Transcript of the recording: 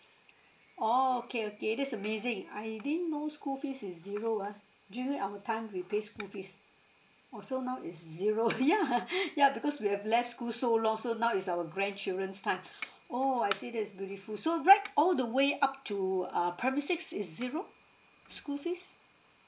oh okay okay that's amazing I didn't know school fees is zero ah during our time we pay school fees oh so now it's zero yeah yeah because we have left school so long so now it's our grandchildren's time oh I see that's beautiful so right all the way up to uh primary six is zero school fees